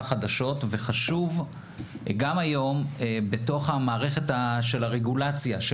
חדשות וחשוב גם היום בתוך המערכת של הרגולציה של